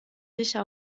sicher